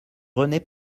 rené